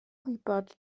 gwybod